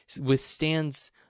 withstands